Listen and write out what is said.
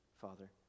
Father